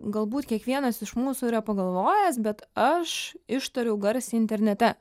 galbūt kiekvienas iš mūsų yra pagalvojęs bet aš ištariau garsiai internete